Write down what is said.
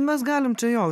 mes galim čia jo